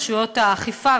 רשויות האכיפה,